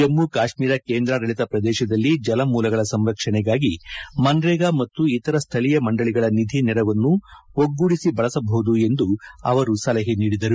ಜಮ್ಮು ಕಾಶ್ಮೀರ ಕೇಂದ್ರಾಡಳಿತ ಪ್ರದೇಶದಲ್ಲಿ ಜಲ ಮೂಲಗಳ ಸಂರಕ್ಷಣೆಗಾಗಿ ಮನ್ರೇಗಾ ಮತ್ತು ಇತರ ಸ್ಥಳೀಯ ಮಂಡಳಿಗಳ ನಿಧಿ ನೆರವನ್ನು ಒಗ್ಗೂಡಿಸಿ ಬಳಸಬಹುದು ಎಂದು ಅವರು ಸಲಹೆ ನೀಡಿದರು